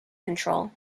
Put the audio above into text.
control